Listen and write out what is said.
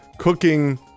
cooking